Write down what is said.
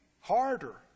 Harder